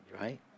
right